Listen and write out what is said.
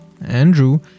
Andrew